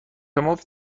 مفت